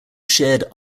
shared